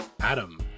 adam